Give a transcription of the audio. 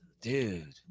Dude